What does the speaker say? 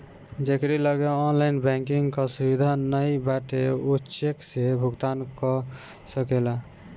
जेकरी लगे online banking कअ सुविधा नाइ बाटे उ चेक से भुगतान कअ सकेला